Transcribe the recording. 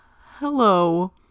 Hello